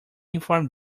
inform